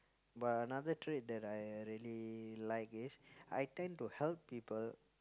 but another trait that I really like is I tend to help people